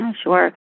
Sure